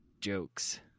Jokes